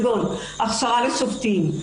כגון הכשרה לשופטים,